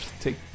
Take